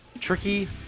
Tricky